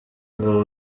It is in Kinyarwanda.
ngo